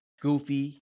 goofy